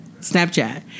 Snapchat